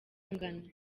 agana